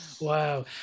Wow